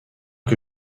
que